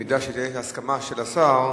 אם תהיה הסכמה של השר,